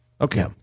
Okay